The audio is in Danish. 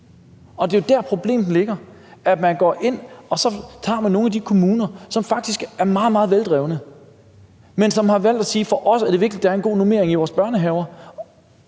og det er jo der, problemet ligger. Man går ind og tager nogle af de kommuner, som faktisk er meget, meget veldrevne, men som har valgt at sige: For os er det vigtigt, at der er en god normering i vores børnehaver